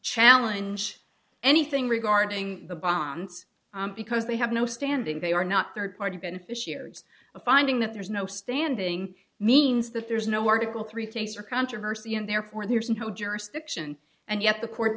challenge anything regarding the bonds because they have no standing they are not third party beneficiary it's a finding that there's no standing means that there's no article three things or controversy and therefore there is no jurisdiction and yet the court